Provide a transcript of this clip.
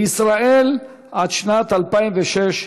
בישראל, עד שנת 2006,